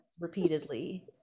repeatedly